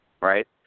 right